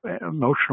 emotional